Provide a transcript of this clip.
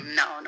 no